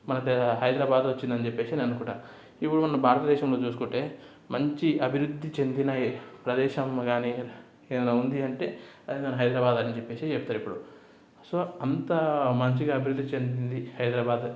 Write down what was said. మన పే హైదరాబాద్ వచ్చిందని చెప్పేసి నేను అనుకుంటాను ఇప్పుడు మన భారతదేశంలో చూసుకుంటే మంచి అభివృద్ధి చెందిన ఏ ప్రదేశం కానీ ఏదైనా ఉంది అంటే అది మన హైదరాబాద్ అని చెప్పేసి చెప్తారు ఇప్పుడు సో అంతా మంచిగా అభివృద్ధి చెందింది హైదరాబాద్